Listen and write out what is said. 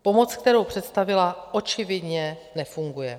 Pomoc, kterou představila, očividně nefunguje.